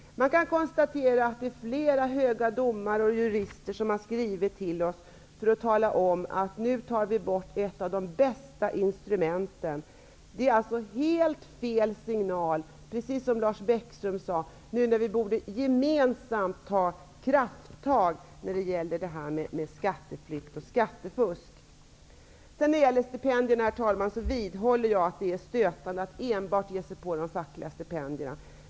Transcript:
Man kan konstatera att det är flera höga domare och jurister som har skrivit till oss för att tala om att vi nu tar bort ett av de bästa instrumenten. Det är alltså helt fel signal -- precis som Lars Bäckström sade -- nu när vi gemensamt borde ta krafttag när det gäller skatteflykt och skattefusk. Herr talman! Jag vidhåller att det är stötande att enbart ge sig på de fackliga stipendierna.